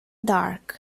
dark